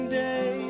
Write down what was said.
day